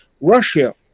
Russia